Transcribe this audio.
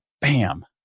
bam